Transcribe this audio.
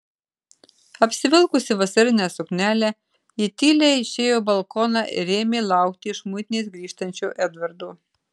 apsivilkusi vasarinę suknelę ji tyliai išėjo balkoną ir ėmė laukti iš muitinės grįžtančio edvardo